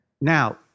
Now